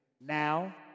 now